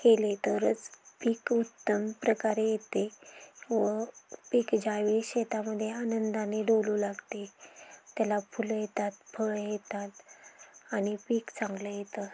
केले तरच पीक उत्तम प्रकारे येते व पीक ज्यावेळी शेतामध्ये आनंदाने डोलू लागते त्याला फुलं येतात फळं येतात आणि पीक चांगलं येतं